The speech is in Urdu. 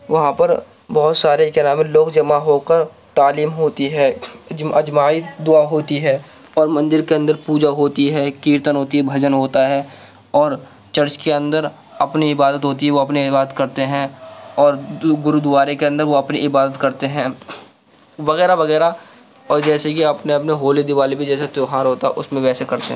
وہاں پر بہت سارے گرامین لوگ جمع ہو کر تعلیم ہوتی ہے اجتماعی دعا ہوتی ہے اور مندر کے اندر پوجا ہوتی ہے کیرتن ہوتی ہے بھجن ہوتا ہے اور چرچ کے اندر اپنے عبادت ہوتی ہے وہ اپنے عبادت کرتے ہیں اور دو گرودوارے کے اندر وہ اپنی عبادت کرتے ہیں وغیرہ وغیرہ اور جیسے کہ اپنے اپنے ہولی دیوالی پہ جیسے تیوہار ہوتا ہے اس میں ویسے کرتے ہیں